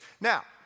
Now